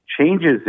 changes